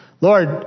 Lord